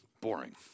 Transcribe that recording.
boring